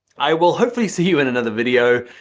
i will hopefully see you in another video.